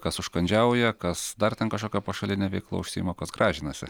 kas užkandžiauja kas dar ten kažkokia pašaline veikla užsiima kas gražinasi